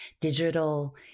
digital